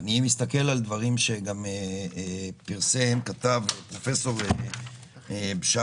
אני מסתכל על דברים שכתב פרופ' בשאראת,